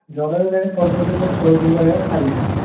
ଜ୍ଵର ହେଇଗଲାଣି ପନ୍ଦର ଦିନ୍ରୁ ଷୋଳଦିନ ହେଇଗଲାଣି ଛାଡ଼ିଲାଣି